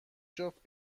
جفت